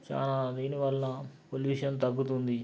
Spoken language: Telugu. చాలా దీనివల్ల పొల్యూషన్ తగ్గుతుంది